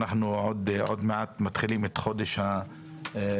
אנחנו עוד מעט מתחילים את חודש הרמדאן